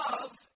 love